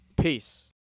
Peace